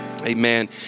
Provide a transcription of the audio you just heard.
Amen